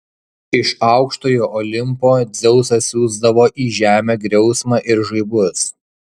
iš aukštojo olimpo dzeusas siųsdavo į žemę griausmą ir žaibus